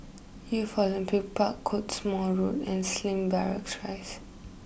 Youth Olympic Park Cottesmore Road and Slim Barracks Rise